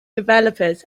developers